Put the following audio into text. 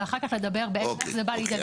אחר כך לדבר בעצם איך זה בא לידי ביטוי.